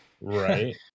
right